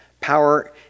power